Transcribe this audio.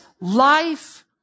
life